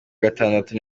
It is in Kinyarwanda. gatandatu